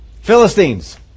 Philistines